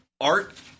Art